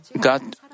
God